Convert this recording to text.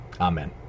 Amen